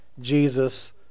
Jesus